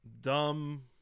Dumb